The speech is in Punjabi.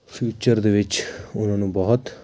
ਫਿਊਚਰ ਦੇ ਵਿੱਚ ਉਹਨਾਂ ਨੂੰ ਬਹੁਤ